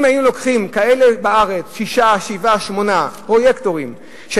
אם היינו לוקחים שישה-שבעה-שמונה פרויקטורים כאלה,